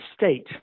state